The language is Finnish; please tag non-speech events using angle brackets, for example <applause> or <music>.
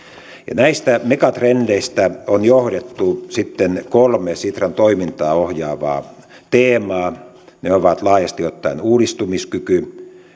näistä megatrendeistä on johdettu sitten kolme sitran toimintaa ohjaavaa teemaa ne ovat laajasti ottaen uudistumiskyky <unintelligible>